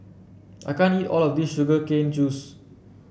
I can't eat all of this Sugar Cane Juice